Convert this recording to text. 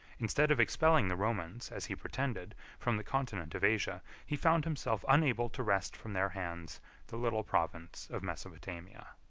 instead of expelling the romans, as he pretended, from the continent of asia, he found himself unable to wrest from their hands the little province of mesopotamia.